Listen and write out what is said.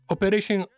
Operation